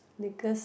Nicholas